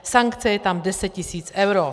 Sankce je tam 10 tisíc eur.